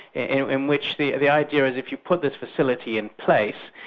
in in which the the idea is if you put the facility in place,